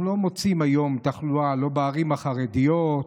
אנחנו לא מוצאים היום תחלואה בערים החרדיות,